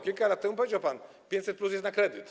Kilka lat temu powiedział pan: 500+ jest na kredyt.